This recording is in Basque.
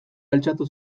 altxatu